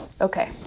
okay